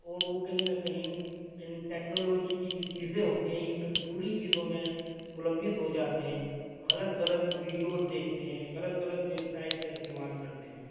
اور وہ کہیں نہ کہیں ان ٹیکنالوجی کی جو چیزیں ہوتی ہیں ان میں بری چیزوں میں مُلوِّّث ہو جاتے ہیں غلط غلط ویڈیوز دیکھتے ہیں غلط غلط ویب سائٹ کا استعمال کرتے ہیں